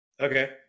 Okay